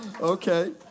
okay